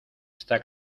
esta